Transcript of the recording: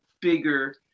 bigger